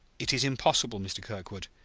it is impossible, mr. kirkwood.